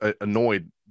annoyed